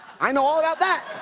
i know all about that.